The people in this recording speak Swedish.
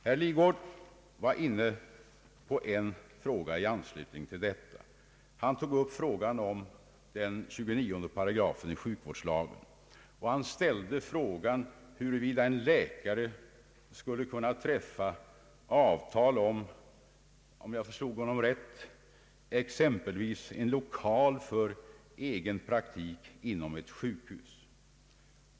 Herr Lidgard tog i anslutning till detta upp frågan om 29 8 i sjukvårdslagen och spörsmålet — om jag förstod honom rätt — huruvida en läkare skulle kunna träffa avtal om exempelvis en lokal för egen praktik inom ett sjukhus.